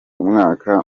umwaka